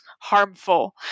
harmful